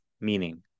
meaning